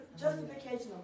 justification